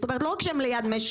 זאת אומרת לא רק שהם ליד משק,